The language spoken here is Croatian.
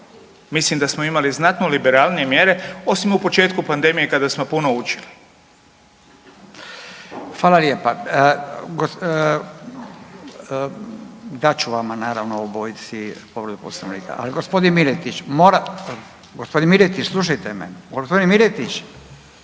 Mislim da smo imali znatno liberalnije mjere osim u početku pandemije kada smo puno učili. **Radin, Furio (Nezavisni)** Hvala lijepa. Dat ću vama naravno obojici povredu Poslovnika, ali gospodin Miletić mora, gospodin Miletić slušajte te me, gospodin Miletić